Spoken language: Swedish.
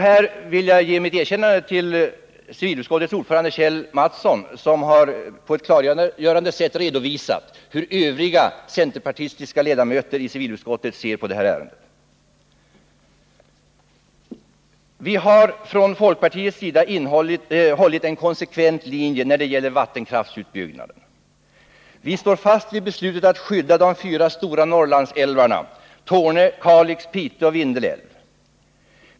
Här vill jag ge mitt erkännande till civilutskottets ordförande Kjell Mattsson, som på ett klargörande sätt har redovisat hur övriga centerpartistiska ledamöter i utskottet ser på det här ärendet. Vi har från folkpartiets sida hållit en konsekvent linje när det gäller vattenkraftsutbyggnaden. Vi står fast vid beslutet att skydda de fyra stora Norrlandsälvarna Torne älv, Kalix älv, Pite älv och Vindelälven.